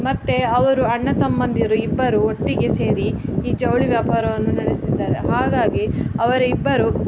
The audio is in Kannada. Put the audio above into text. ಮತ್ತು ಅವರು ಅಣ್ಣ ತಮ್ಮಂದಿರು ಇಬ್ಬರು ಒಟ್ಟಿಗೆ ಸೇರಿ ಈ ಜವಳಿ ವ್ಯಾಪಾರವನ್ನು ನಡೆಸಿದ್ದಾರೆ ಹಾಗಾಗಿ ಅವರಿಬ್ಬರು